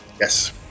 Yes